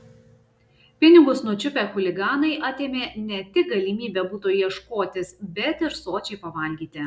pinigus nučiupę chuliganai atėmė ne tik galimybę buto ieškotis bet ir sočiai pavalgyti